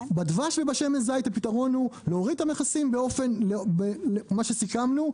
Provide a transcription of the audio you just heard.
בדבש ובשמן זית הפתרון הוא להוריד את המכסים מה שסיכמנו,